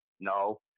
No